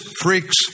freaks